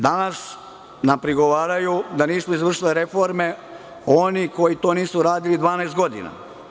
Danas nam prigovaraju da nismo izvršili reforme oni koji to nisu uradili 12 godina.